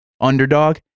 Underdog